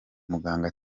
muganga